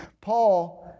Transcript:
Paul